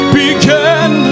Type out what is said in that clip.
begin